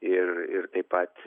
ir ir taip pat